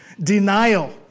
Denial